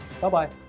Bye-bye